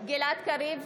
גלעד קריב,